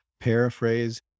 paraphrase